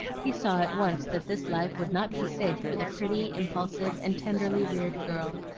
he saw at once that this life would not be safe for the pretty, impulsive, and tenderly reared girl,